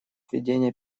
ведения